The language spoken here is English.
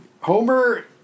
Homer